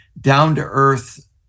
down-to-earth